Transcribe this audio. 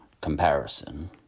comparison